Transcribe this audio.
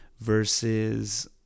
versus